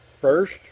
First